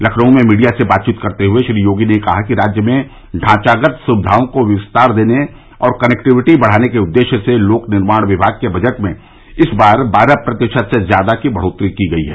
लखनऊ में मीडिया से बातचीत करते हुए श्री योगी ने कहा कि राज्य में ढांचागत सुविधाओं को विस्तार देने और कनेक्टिविटी बढ़ाने के उद्देश्य से लोक निर्माण विभाग के बजट में इस बार बारह प्रतिशत से ज़्यादा की बढ़ोत्तरी की गई हैं